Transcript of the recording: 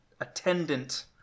attendant